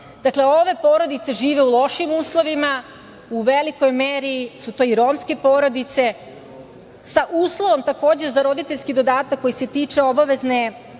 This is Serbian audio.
dodatak? Ove porodice žive u lošim uslovima, u velikoj meri su to i romske porodice, sa uslovom takođe za roditeljski dodatak koji se tiče obavezne